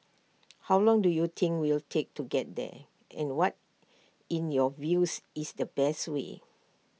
how long do you think we'll take to get there and what in your views is the best way